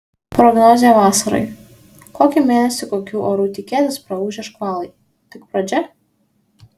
prognozė vasarai kokį mėnesį kokių orų tikėtis praūžę škvalai tik pradžia